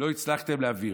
לא הצלחתם להעביר,